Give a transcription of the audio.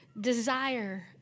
desire